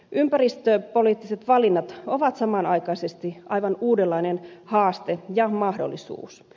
ympäristöpoliittiset valinnat ovat samanaikaisesti aivan uudenlainen haaste ja mahdollisuus